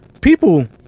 people